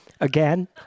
again